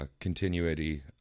continuity